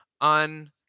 on